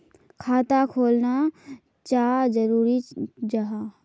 खाता खोलना चाँ जरुरी जाहा?